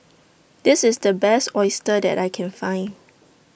This IS The Best Oyster that I Can Find